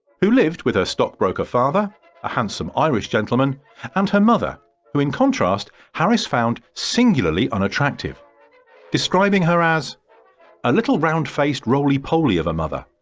who lived with her stockbroker father an handsome irish gentleman and her mother who in contrast harris found singularly unattractive describing her as a little, round-faced, roly-poly of a mother.